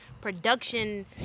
production